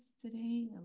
today